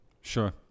sure